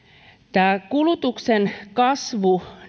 kulutuksen kasvu